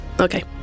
okay